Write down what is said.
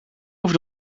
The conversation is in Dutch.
over